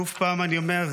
שוב אני אומר: